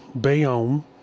Bayonne